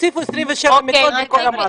הוסיפו 27 מיטות בכל המערכה.